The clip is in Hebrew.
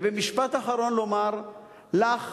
במשפט אחרון לומר לך